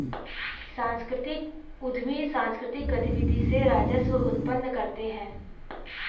सांस्कृतिक उद्यमी सांकृतिक गतिविधि से राजस्व उत्पन्न करते हैं